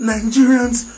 Nigerians